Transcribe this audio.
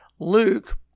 Luke